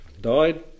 died